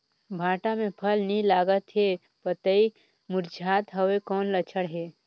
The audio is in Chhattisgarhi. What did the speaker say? भांटा मे फल नी लागत हे पतई मुरझात हवय कौन लक्षण हे?